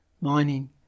Mining